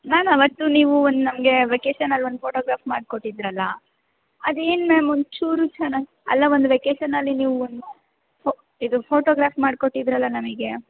ನಾನು ಅವತ್ತು ನೀವು ಒಂದ್ ನಮಗೆ ವೆಕೇಷನಲ್ ಒಂದ್ ಫೋಟೋಗ್ರಾಫ್ ಮಾಡಿ ಕೊಟ್ಟಿದ್ದರಲ್ಲಾ ಅದೇನು ಮ್ಯಾಮ್ ಒಂಚೂರು ಚೆನ್ನಾಗಿ ಅಲ್ಲಾ ಒಂದು ವೆಕೇಷನಲ್ಲಿ ನೀವು ಫೋ ಇದು ಫೋಟೋಗ್ರಾಫ್ ಮಾಡಿಕೊಟ್ಟಿದ್ರಲ್ಲಾ ನಮಗೆ